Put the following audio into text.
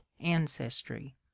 ancestry